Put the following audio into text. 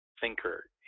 thinker